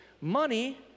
money